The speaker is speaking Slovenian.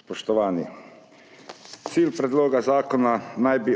Spoštovani! Cilj predloga zakona naj bi